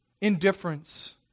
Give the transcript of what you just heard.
indifference